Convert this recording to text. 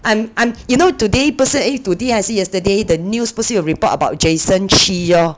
I'm I'm you know today 不是 eh today 还是 yesterday the news 不是有 report about jason chee orh